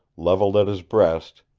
leveled at his breast,